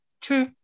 True